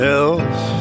else